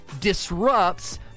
Disrupts